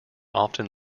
often